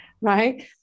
right